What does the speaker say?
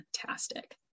fantastic